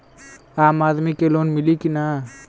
आम आदमी के लोन मिली कि ना?